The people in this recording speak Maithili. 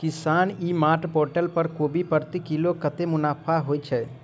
किसान ई मार्ट पोर्टल पर कोबी प्रति किलो कतै मुनाफा होइ छै?